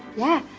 yeah.